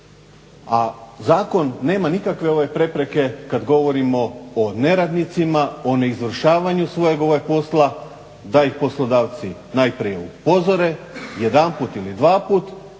a zakon nema nikakve ove prepreke kad govorimo o neradnicima, o neizvršavanju svojeg posla da ih poslodavci najprije upozore jedanput ili dvaput